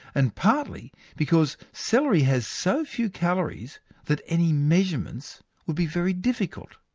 and partly because celery has so few calories that any measurements would be very difficult.